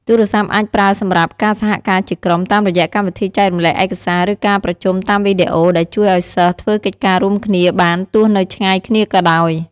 ទូរស័ព្ទអាចប្រើសម្រាប់ ការសហការជាក្រុម តាមរយៈកម្មវិធីចែករំលែកឯកសារ ឬការប្រជុំតាមវីដេអូ ដែលជួយឲ្យសិស្សធ្វើកិច្ចការរួមគ្នាបានទោះនៅឆ្ងាយគ្នាក៏ដោយ។